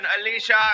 Alicia